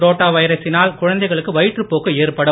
ரோட்டா வைரசினால் குழந்தைகளுக்கு வயிற்றுப் போக்கு ஏற்படும்